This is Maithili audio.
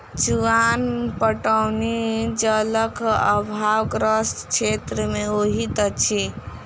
चुआन पटौनी जलक आभावग्रस्त क्षेत्र मे होइत अछि